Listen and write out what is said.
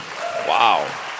Wow